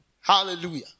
hallelujah